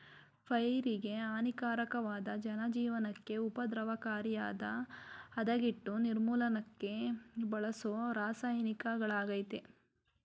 ಪೈರಿಗೆಹಾನಿಕಾರಕ್ವಾದ ಜನಜೀವ್ನಕ್ಕೆ ಉಪದ್ರವಕಾರಿಯಾದ್ಕೀಟ ನಿರ್ಮೂಲನಕ್ಕೆ ಬಳಸೋರಾಸಾಯನಿಕಗಳಾಗಯ್ತೆ